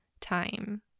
time